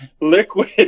liquid